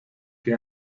que